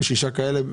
יש שישה כאלה.